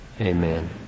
Amen